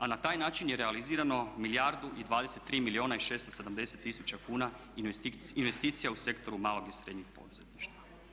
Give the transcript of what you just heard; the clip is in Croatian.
A na taj način je realizirano 1 milijardu i 23 milijuna i 670 tisuća kuna investicija u sektoru malog i srednjeg poduzetništva.